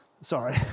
Sorry